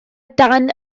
dan